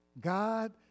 God